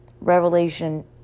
revelation